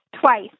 twice